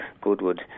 Goodwood